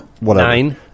nine